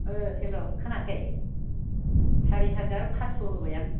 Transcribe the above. ओ हेल' खोनायाखै सारि हाजार फास्स' होबाय आं